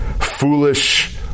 foolish